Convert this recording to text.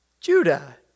Judah